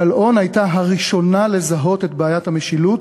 גלאון הייתה הראשונה לזהות את בעיית המשילות,